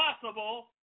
possible